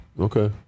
Okay